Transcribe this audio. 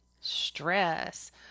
stress